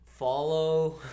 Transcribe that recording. follow